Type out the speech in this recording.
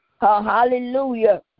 hallelujah